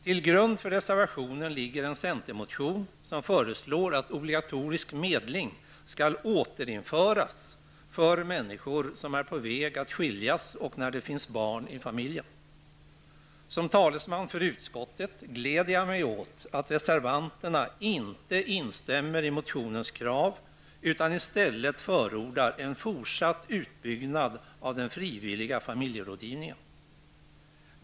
Till grund för reservationen ligger en centermotion, i vilken föreslås att obligatorisk medling återinförs för människor som är på väg att skiljas och när det finns barn i familjen. Som talesman för utskottet glädjer jag mig åt att reservanterna inte instämmer i motionens krav. I stället förordar de en fortsatt utbyggnad av den frivilliga familjerådgivningen.